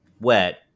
wet